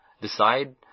Decide